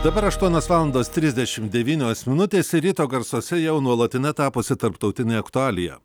dabar aštuonios valandos trisdešimt devynios minutės ir ryto garsuose jau nuolatine tapusi tarptautinė aktualija